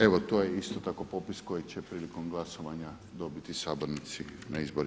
Evo to je isto tako popis koji će prilikom glasovanja dobiti sabornici na izbor.